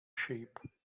sheep